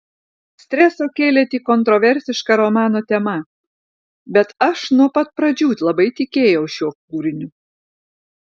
streso kėlė tik kontroversiška romano tema bet aš nuo pat pradžių labai tikėjau šiuo kūriniu